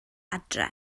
adre